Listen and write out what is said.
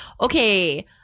Okay